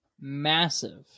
massive